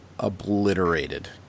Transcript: obliterated